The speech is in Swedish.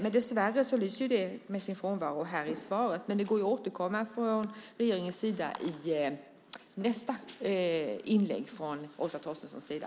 Dessvärre lyser detta med sin frånvaro i svaret, men det går ju att återkomma i nästa inlägg från Åsa Torstenssons sida.